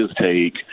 take